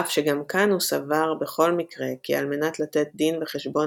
אף שגם כאן הוא סבר בכל מקרה כי על מנת לתת דין וחשבון